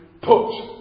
put